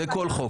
לכל חוק.